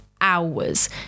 hours